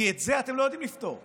כי את זה אתם לא יודעים לפתור.